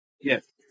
yes